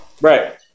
Right